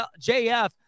JF